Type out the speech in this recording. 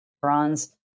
Bronze